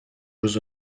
jeux